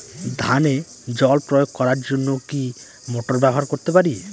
ধানে জল প্রয়োগ করার জন্য কি মোটর ব্যবহার করতে পারি?